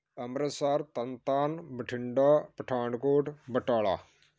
Amritsar Tarn Taran Bathinda Pathankot Batala